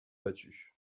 battue